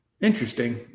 interesting